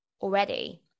already